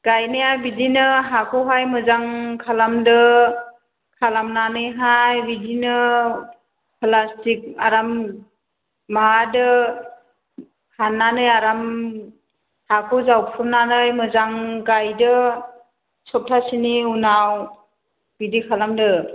गायनाया बिदिनो हाखौहाय मोजां खालामदो खालामनानैहाय बिदिनो प्लास्टिक आराम माबादो फान्नानै आराम हाखौ जावफ्रुनानै मोजां गायदो सब्तासेनि उनाव बिदि खालामदो